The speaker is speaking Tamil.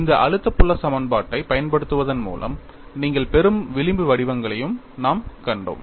இந்த அழுத்த புல சமன்பாட்டைப் பயன்படுத்துவதன் மூலம் நீங்கள் பெறும் விளிம்பு வடிவங்களையும் நாம் கண்டோம்